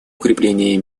укрепление